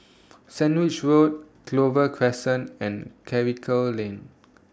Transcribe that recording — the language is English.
Sandwich Road Clover Crescent and Karikal Lane